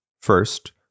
First